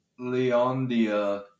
Leondia